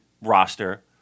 roster